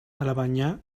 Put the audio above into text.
alabaina